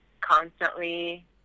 constantly